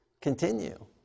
continue